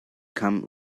come